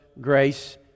Grace